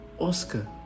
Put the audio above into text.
Oscar